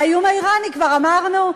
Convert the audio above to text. האיום האיראני, כבר אמרנו?